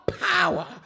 power